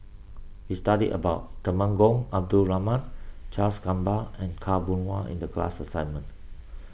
we studied about Temenggong Abdul Rahman Charles Gamba and Khaw Boon Wan in the class assignment